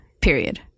period